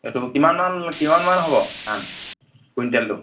এইটো কিমানমান কিমানমান হ'ব ধান কুইণ্টেলটো